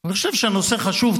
אני חושב שהנושא חשוב,